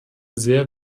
sehr